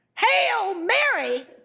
hail mary?